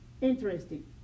Interesting